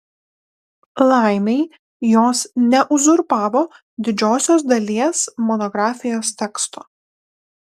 laimei jos neuzurpavo didžiosios dalies monografijos teksto